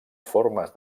formes